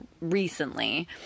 recently